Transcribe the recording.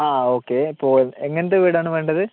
ആ ഓക്കേ അപ്പോൾ എങ്ങനത്തെ വീടാണ് വേണ്ടത്